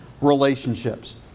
relationships